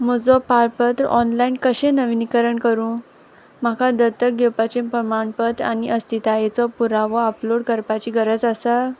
म्हजो पारपत्र ऑनलायन कशें नविनीकरण करूं म्हाका दत्तक घेवपाचें प्रमाणपत्र आनी अस्तितायेचो पुरावो अपलोड करपाची गरज आसा